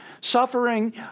suffering